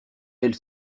elle